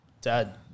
Dad